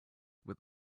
with